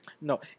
No